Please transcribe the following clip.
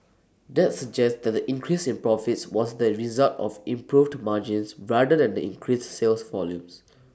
that suggests that the increase in profits was the result of improved margins rather than increased sales volumes